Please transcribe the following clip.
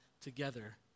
together